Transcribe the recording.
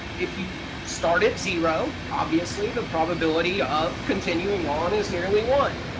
if you start at zero, obviously the probability of continuing on is nearly one.